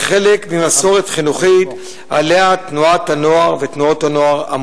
כחלק ממסורת חינוכית שעליה אמונות תנועות הנוער.